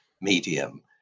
medium